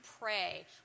pray